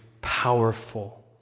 powerful